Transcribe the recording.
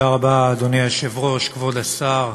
היושב-ראש, תודה רבה, כבוד השר,